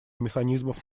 механизмов